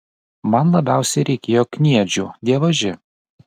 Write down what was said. man labiausiai reikėjo kniedžių dievaži